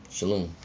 Shalom